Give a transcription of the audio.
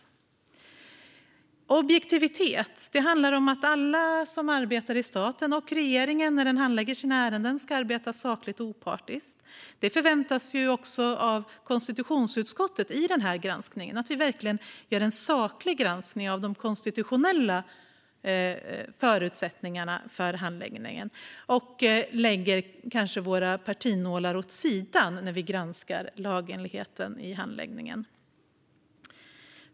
Det är objektivitet. Det handlar om att alla som arbetar i staten, och regeringen när den handlägger sina ärenden, ska arbeta sakligt och opartiskt. Det förväntas också av konstitutionsutskottet i den här granskningen att vi verkligen gör en saklig granskning av de konstitutionella förutsättningarna för handläggningen och att vi kanske lägger våra partinålar åt sidan när vi granskar lagenligheten i handläggningen.